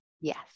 yes